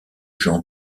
jean